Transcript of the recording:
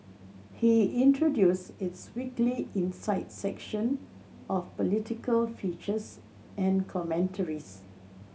he introduced its weekly insight section of political features and commentaries